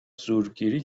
زورگیری